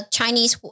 Chinese